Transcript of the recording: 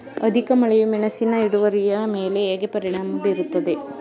ಅಧಿಕ ಮಳೆಯು ಮೆಣಸಿನ ಇಳುವರಿಯ ಮೇಲೆ ಹೇಗೆ ಪರಿಣಾಮ ಬೀರುತ್ತದೆ?